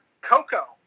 Coco